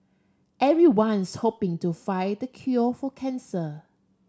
everyone's hoping to find cure for cancer